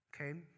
Okay